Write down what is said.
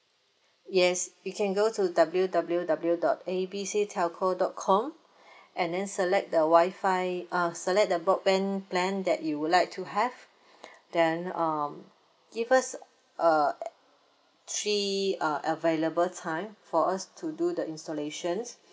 yes you can go to W W W dot A B C telco dot com and then select the wifi uh select the broadband plan that you would like to have then um give us uh three uh available time for us to do the installations